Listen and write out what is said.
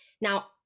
Now